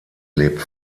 lebt